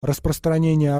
распространение